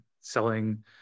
selling